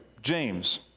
James